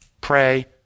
pray